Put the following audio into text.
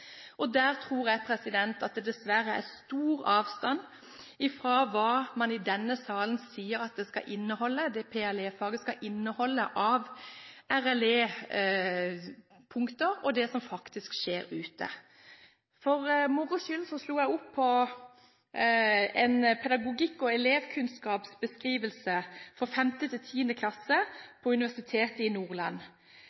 Der tror jeg at det dessverre er stor avstand fra hva man i denne salen sier at PEL-faget skal inneholde av RLE-punkter, og det som faktisk skjer ute. For moro skyld slo jeg opp på en pedagogikk og elevkunnskapsbeskrivelse for 5.–10. klasse på Universitetet i Nordland. PEL-faget skal klare å legge til